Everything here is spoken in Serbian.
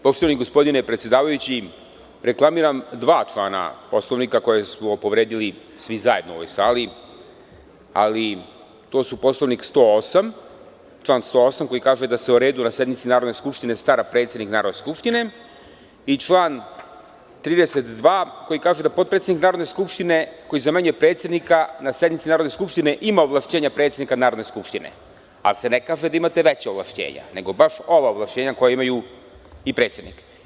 Poštovani gospodine predsedavajući, reklamiram dva člana Poslovnika koje smo povredili svi zajedno u ovoj sali, ali to je član 108, koji kaže – da se o redu na sednici Narodne skupštine stara predsednik Narodne skupštine i član 32, koji kaže – da potpredsednik Narodne skupštine, koji zamenjuje predsednika na sednici Narodne skupštine ima ovlašćenja predsednika Narodne skupštine, ali se ne kaže da imate veća ovlašćenja, nego baš ova ovlašćenja koja ima i predsednik.